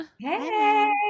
Hey